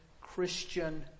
Christian